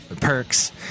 perks